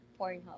Pornhub